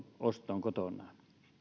ostoon kotiinsa